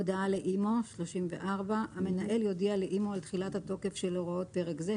"הודעה לאימ"ו המנהל יודיע לאימ"ו על תחילת התוקף של הוראות פרק זה,